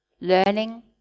learning